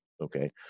okay